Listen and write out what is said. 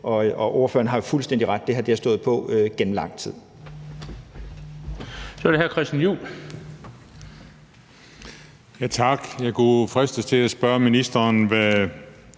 Og ordføreren har fuldstændig ret: Det her har stået på gennem lang tid.